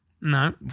No